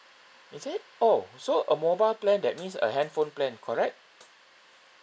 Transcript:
is it oh so a mobile plan that means a handphone plan correct